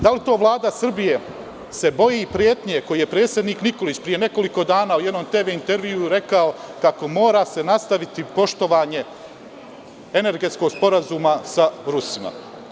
Da li to Vlada Srbije se boji pretnje koji je predsednik Nikolić pre nekoliko dana u jednom TV intervjuu rekao kako mora se nastaviti poštovanje energetskog sporazuma sa Rusima.